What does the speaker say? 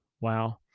Wow